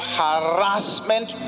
harassment